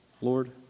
Lord